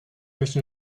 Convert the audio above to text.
möchte